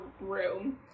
room